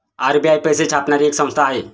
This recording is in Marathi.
आर.बी.आय पैसे छापणारी एक संस्था आहे